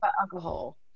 Alcohol